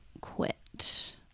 quit